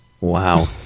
wow